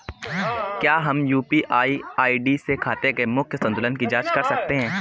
क्या हम UPI ID से खाते के मूख्य संतुलन की जाँच कर सकते हैं?